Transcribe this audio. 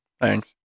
Thanks